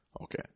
Okay